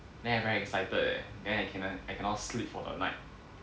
then I very excited eh then I can~ I cannot sleep for a night